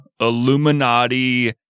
Illuminati